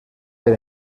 per